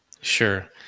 Sure